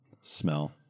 smell